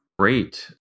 Great